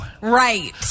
Right